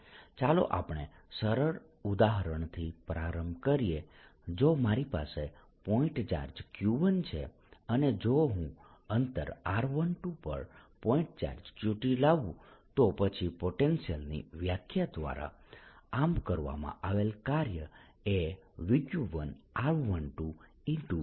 ચાલો આપણે સરળ ઉદાહરણથી પ્રારંભ કરીએ જો મારી પાસે પોઇન્ટ ચાર્જ Q1 છે અને જો હું અંતર r12 પર પોઇન્ટ ચાર્જ Q2 લાવું તો પછી પોટેન્શિયલ ની વ્યાખ્યા દ્વારા આમ કરવામાં આવેલ કાર્ય એ VQ1r12